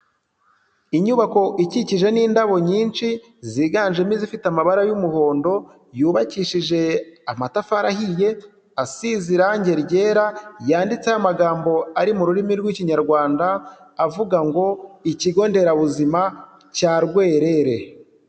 Inyubako ikikijwe n'indabo nyinshi, ziganjemo izifite amabara y'umuhondo, yubakishijwe amatafari ahiye, asize irangi ryera, yanditseho amagambo ari mu rurimi rw'Ikinyarwanda avuga ngo ''ikigo nderabuzima cya Rwerere.''